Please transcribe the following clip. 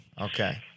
Okay